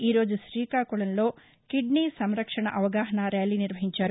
ఈ రోజు శ్రీకాకుళంలో కిడ్నీ సంరక్షణ అవగాహనా ర్యాలీ నిర్వహించారు